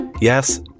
Yes